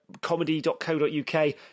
comedy.co.uk